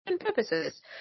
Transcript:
purposes